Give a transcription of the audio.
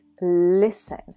listen